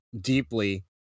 deeply